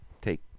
Take